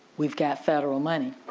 we've got federal money,